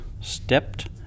stepped